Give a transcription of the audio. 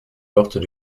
portes